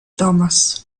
thomas